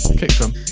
and kick drum.